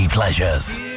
Pleasures